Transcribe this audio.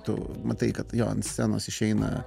tu matai kad jo ant scenos išeina